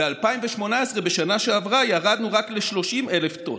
ב-2018, בשנה שעברה, ירדנו ל-30,000 טון,